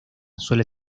suele